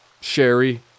Sherry